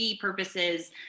purposes